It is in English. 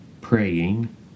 praying